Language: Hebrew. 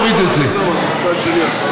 אבל היום זה יום של גאווה.